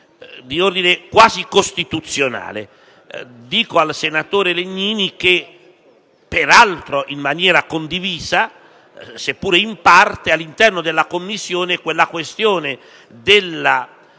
di ordine quasi costituzionale: dico al senatore Legnini che, peraltro in maniera condivisa, seppur in parte all'interno della Commissione, la questione delle